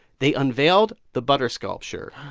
they unveiled the butter sculpture.